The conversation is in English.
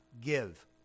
give